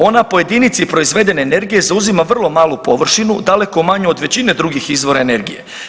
Ona po jedinici proizvedene energije zauzima vrlo malu površinu, daleko manju od većine drugih izvora energije.